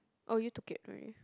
oh you took it right